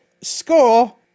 score